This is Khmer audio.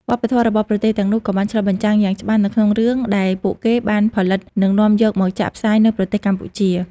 វប្បធម៌របស់ប្រទេសទាំងនោះក៏បានឆ្លុះបញ្ចាំងយ៉ាងច្បាស់នៅក្នុងរឿងដែលពួកគេបានផលិតនិងនាំយកមកចាក់ផ្សាយនៅប្រទេសកម្ពុជា។